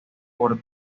por